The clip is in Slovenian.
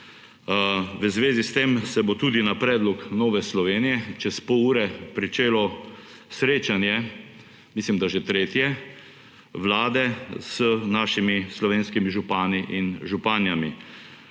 V zvezi s tem se bo tudi na predlog Nove Slovenije čez pol ure začelo srečanje – mislim, da že tretje – Vlade z našimi slovenskimi župani in županjami.